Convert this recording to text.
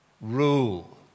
rule